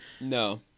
No